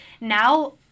now